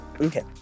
Okay